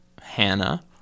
Hannah